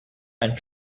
and